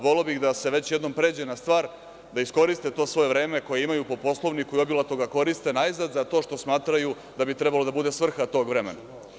Voleo bih da se već jednom pređe na stvar, da iskoriste to svoje vreme koje imaju po Poslovniku i obilato ga koriste najzad za to što smatraju da bi trebalo da bude svrha tog vremena.